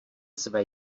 své